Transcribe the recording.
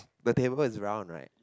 the table is round right